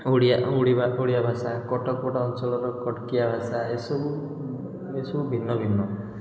ଓଡ଼ିଆ ଉଡ଼ିବା ଓଡ଼ିଆ ଭାଷା କଟକ ପଟ ଅଞ୍ଚଳର କଟକିଆ ଭାଷା ଏସବୁ ଏସବୁ ଭିନ୍ନଭିନ୍ନ